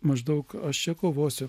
maždaug aš čia kovosiu